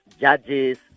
judges